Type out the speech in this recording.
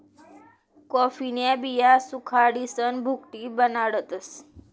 कॉफीन्या बिया सुखाडीसन भुकटी बनाडतस